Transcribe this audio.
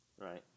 right